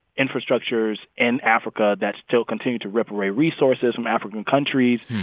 infrastructures in africa that still continue to rip away resources from african countries.